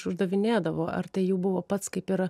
uždavinėdavo ar tai jų buvo pats kaip ir